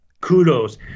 Kudos